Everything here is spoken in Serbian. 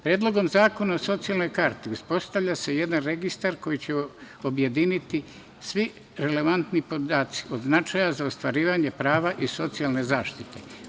Predlogom zakona o socijalnoj karti uspostavlja se jedan registar koji će objediniti sve relevantne podatke od značaja za ostvarivanje prava i socijalne zaštite.